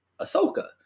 Ahsoka